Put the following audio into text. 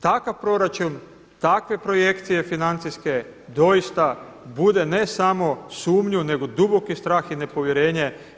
Takav proračun, takve projekcije financijske doista bude ne samo sumnju nego duboki strah i nepovjerenje.